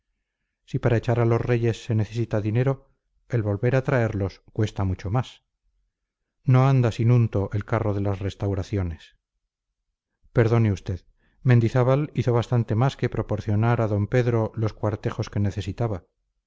si para echar a los reyes se necesita dinero el volver a traerlos cuesta mucho más no anda sin unto el carro de las restauraciones perdone usted mendizábal hizo bastante más que proporcionar a d pedro los cuartejos que necesitaba